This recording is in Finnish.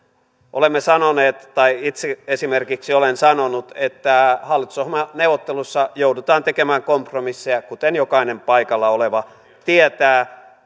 olemme sanoneet tai itse esimerkiksi olen sanonut että hallitusohjelmaneuvotteluissa joudutaan tekemään kompromisseja kuten jokainen paikalla oleva tietää